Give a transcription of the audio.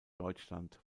deutschland